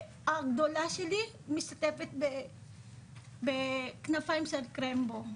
הגדולה שלי משתתפת בכנפיים של קרמבו,